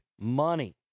money